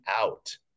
out